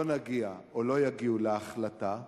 אם לא נגיע, או לא יגיעו, להחלטה הראויה,